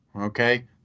Okay